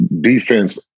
defense